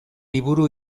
liburu